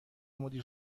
مدیر